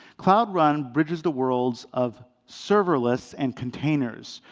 cloud run bridges the worlds of serverless and containers,